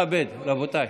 לכבד, רבותיי.